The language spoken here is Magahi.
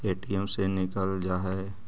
ए.टी.एम से निकल जा है?